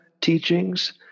teachings